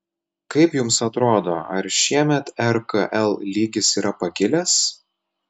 kaip jums atrodo ar šiemet rkl lygis yra pakilęs